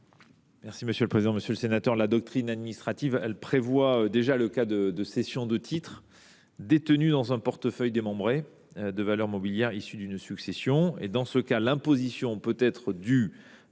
? Monsieur le sénateur, la doctrine administrative prévoit déjà le cas de cessions de titres détenus dans un portefeuille démembré de valeurs mobilières, issues d’une succession. Dans ce cas, l’imposition peut être due